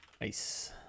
nice